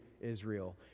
Israel